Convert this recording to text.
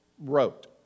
wrote